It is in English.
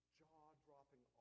jaw-dropping